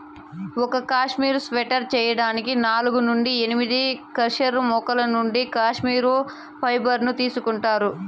ఒక cashmere sweater చేయడానికి నాలుగు నుండి ఎనిమిది కష్మెరె మేకల నుండి కష్మెరె ఫైబర్ ను తీసుకుంటారు